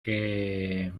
que